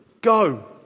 go